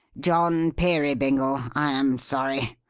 john peerybingle, i am sorry.